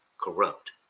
corrupt